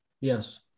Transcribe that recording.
Yes